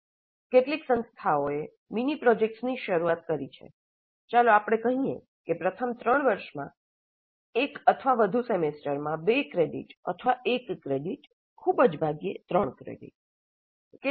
કેટલીક સંસ્થાઓએ mini projects સહિતની શરૂઆત કરી છે ચાલો આપણે કહીએ કે પ્રથમ 3 વર્ષમાં એક અથવા વધુ સેમેસ્ટરમાં બે ક્રેડિટ અથવા એક ક્રેડિટ ખૂબ જ ભાગ્યે ત્રણ ક્રેડિટ્સ